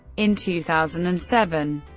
in two thousand and seven,